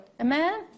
Amen